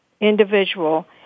individual